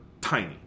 tiny